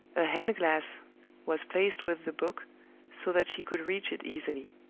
a hand-glass was placed with the book so that she could reach it easily.